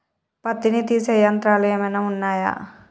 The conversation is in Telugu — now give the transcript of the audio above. పత్తిని తీసే యంత్రాలు ఏమైనా ఉన్నయా?